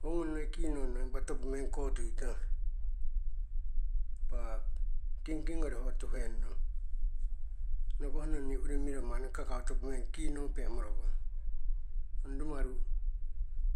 Ho gnong noi kinononong impa topo meng kotuitong. Impa, kingking ngori ho tuhennong, nokoh nong ni uri miro manni kakau topo meng kinope morokong. Ong rumaru,